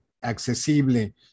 accesible